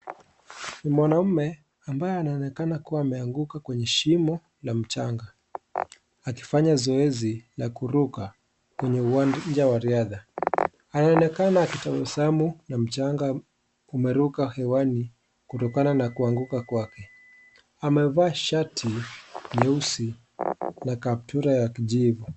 Ni mwanamme ambaye anaonekana kubwa ameanguka kwenye shimo la mchanga. Akifanya zoezi la kuruka kwenye uwanja wa riadha. Anaonekana akitabasamu na mchanga umeruka hewani, kutokana na kuanguka kwake. amevaa shati nyeusi na kaptula ya kijivu.